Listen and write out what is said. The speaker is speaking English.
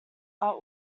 are